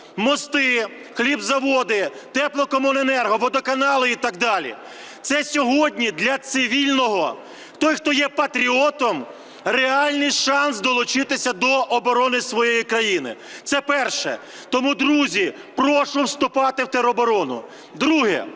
мости, хлібозаводи, теплокомуненерго, водоканали так далі. Це сьогодні для цивільного, той, хто є патріотом, реальний шанс долучитися до оборони своєї країни. Це перше. Тому, друзі, прошу вступати в тероборону. Друге.